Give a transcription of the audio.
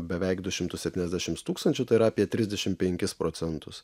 beveik du šimtus septyniasdešimt tūkstančių tai yra apie trisdešimt penkis procentus